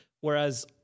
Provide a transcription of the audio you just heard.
whereas